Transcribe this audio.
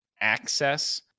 access